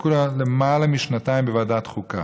ותקוע יותר משנתיים בוועדת החוקה.